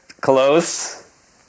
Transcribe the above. Close